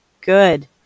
good